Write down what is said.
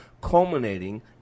culminating